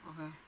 okay